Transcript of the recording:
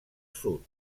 sud